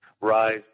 rise